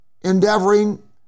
Endeavoring